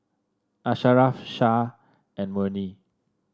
Asharaff Shah and Murni